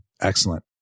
Excellent